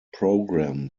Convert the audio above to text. program